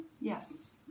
Yes